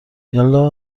یالا